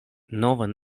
novan